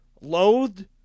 loathed